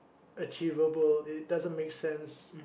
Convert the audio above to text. achievable it doesn't make sense